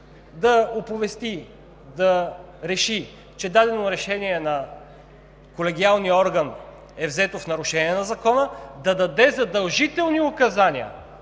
съд да реши, че дадено решение на колегиалния орган е взето в нарушение на Закона, да даде задължителни указания